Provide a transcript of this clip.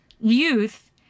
youth